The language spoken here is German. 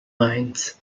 mainz